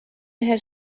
mehe